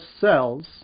cells